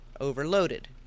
overloaded